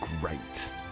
great